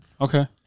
Okay